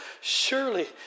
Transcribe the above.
surely